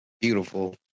beautiful